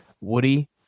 Woody